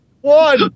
One